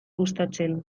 gustatzen